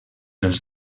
dels